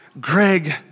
Greg